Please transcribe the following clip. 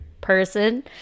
person